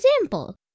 example